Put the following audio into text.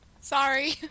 Sorry